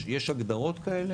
יש הגדרות כאלה?